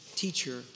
teacher